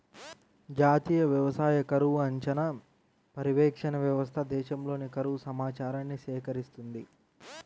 జాతీయ వ్యవసాయ కరువు అంచనా, పర్యవేక్షణ వ్యవస్థ దేశంలోని కరువు సమాచారాన్ని సేకరిస్తుంది